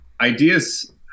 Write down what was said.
ideas